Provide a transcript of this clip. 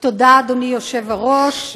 תודה, אדוני היושב-ראש.